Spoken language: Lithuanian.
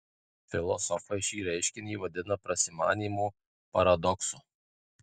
filosofai šį reiškinį vadina prasimanymo paradoksu